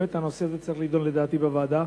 באמת הנושא צריך להידון לדעתי בוועדה.